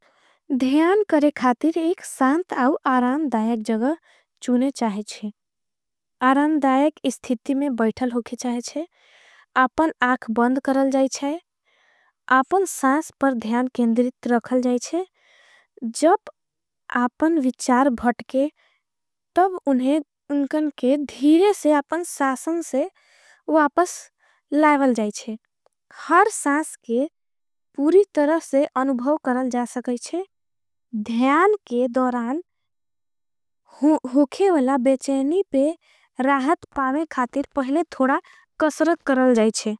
ध्यान करे खातिर एक सांत आउ आरामदायक जग चूने चाहेचे। आरामदायक इस्थिति में बैठल होके चाहेचे आपन आख बंद। करल जाईचे आपन सांस पर ध्यान केंदरित रखल जाईचे जब। आपन विचार भटके तब उनकन के धीरे से आपन सासन से। वापस लाइवल जाईचे हर सास के पूरी तरफ से अनुभव। करल जा सकेचे ध्यान के दोरान होके वला बेचेनी पे। राहत पावे खातिर पहले थोड़ा कसरत करल जाईचे।